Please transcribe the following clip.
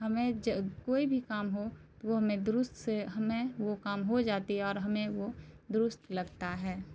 ہمیں کوئی بھی کام ہو تو وہ ہمیں درست سے ہمیں وہ کام ہو جاتی ہے اور ہمیں وہ درست لگتا ہے